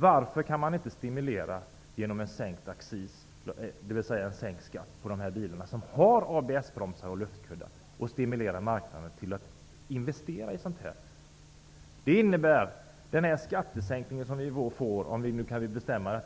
Varför kan man inte genom en sänkt accis stimulera att sådana installeras, dvs. en sänkt skatt på de bilar som har ABS-bromsar och luftkuddar? Då stimulerar man marknaden att investera i detta. Den skattesänkning som uppkommer om kammaren kan besluta